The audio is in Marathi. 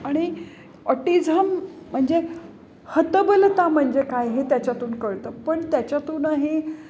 आणि ऑटिझम म्हणजे हतबलता म्हणजे काय हे त्याच्यातून कळतं पण त्याच्यातूनही